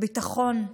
ביטחון,